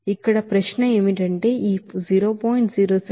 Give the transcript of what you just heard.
ఇప్పుడు ప్రశ్న ఏమిటంటే ఈ 0